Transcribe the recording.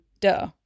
duh